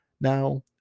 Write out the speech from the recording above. now